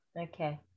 Okay